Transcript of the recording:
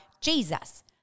Jesus